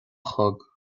chlog